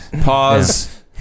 pause